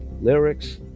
lyrics